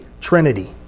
trinity